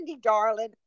darling